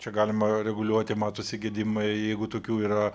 čia galima reguliuoti matosi gedimai jeigu tokių yra